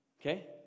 Okay